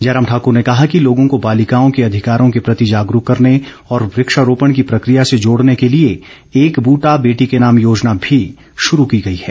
जयराम ठाकुर ने कहा कि लोगों को बालिकाओं के अधिकारों के प्रति जागरूक करने और वक्षारोपण की प्रक्रिया से जोड़ने के लिए एक बूटा बेटी के नाम योजना भी शुरू की गई है